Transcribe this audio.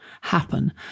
happen